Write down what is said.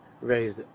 raised